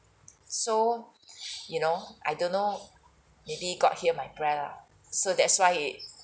so you know I don't know maybe god hear my prayer lah so that's why he